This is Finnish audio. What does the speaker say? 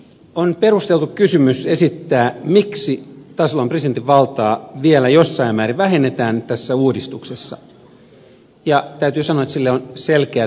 on perusteltu kysymys esittää miksi tasavallan presidentin valtaa vielä jossain määrin vähennetään tässä uudistuksessa ja täytyy sanoa että sille on selkeät historialliset perusteet